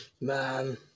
Man